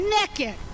naked